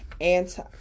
anti